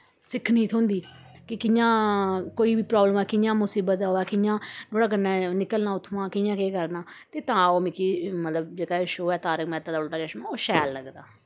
सिक्खने थ्होंदी कि कियां कोई बी प्राब्लम ऐ कियां मुसीबत होए कियां नोह्ड़े कन्नै निकलना उत्थुआ कियां केह् करना ते तां ओह् मिगी मतलब जेह्का एह् शो ऐ तारक मेहता दा उल्टा चश्मा ओह् शैल लगदा